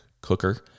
cooker